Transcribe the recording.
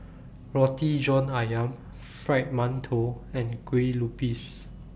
Roti John Ayam Fried mantou and Kueh Lupis